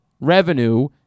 revenue